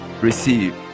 receive